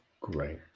Great